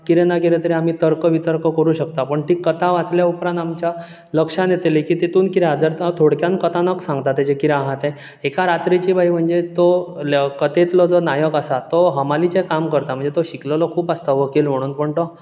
कितें ना कितें आमी तर्क वितर्क करूंक शकता पूण ती कथा वाचले उपरांत आमच्या लक्षांत येतलें की तेतूंत कितें जाता थोडक्यान कथानक सांगता तेचें कितें आहा तें एका रात्रिची बाई म्हणजे तो कथेंतलो जो नायक आसा तो हमालिचें काम करता म्हणजे तो शिकललो खूब आसता वकील म्हणून पूण तो